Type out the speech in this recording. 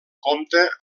compta